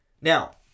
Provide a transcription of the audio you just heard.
Now